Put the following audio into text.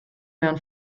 mewn